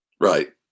Right